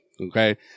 Okay